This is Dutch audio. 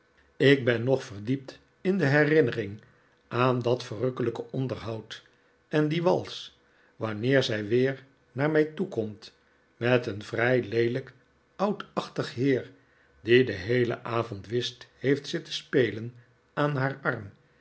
ik ben nog verdiept in de herinnering aan dat verrukkelijke onderhoud en die wals wanneer zij weer naar mij toekomt met een vrij leelijk oudachtig heer die den heelen avond whist heeft zitten spelen aan haar arm